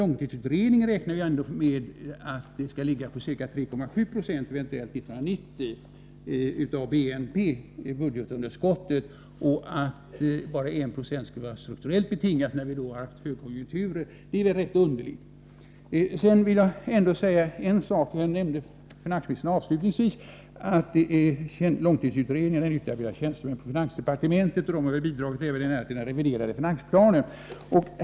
Långtidsutredningen räknar ju med att budgetunderskottet skall ligga på ca 3,7 76 av BNP 1990, och att bara 1976 skulle vara strukturellt betingad när vi har haft högkonjunktur är rätt underligt. Jag vill säga en sak med anledning av att finansministern i svaret avslutningsvis nämnde att långtidsutredningen har utarbetats av tjänstemän på finansdepartementet. De har väl bidragit även till den reviderade finansplanen.